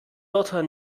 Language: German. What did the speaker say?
dotter